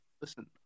listen